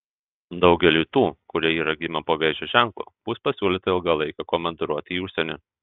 daugeliui tų kurie yra gimę po vėžio ženklu bus pasiūlyta ilgalaikė komandiruotė į užsienį